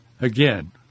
again